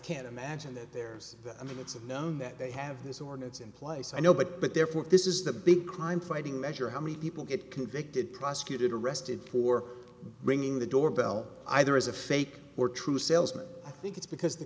can't imagine that there's i mean it's of known that they have this ordinance in place i know but but therefore this is the big crime fighting measure how many people get convicted prosecuted arrested for bringing the doorbell either is a fake or true salesman i think it's because the